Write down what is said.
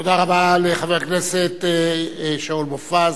תודה רבה לחבר הכנסת שאול מופז,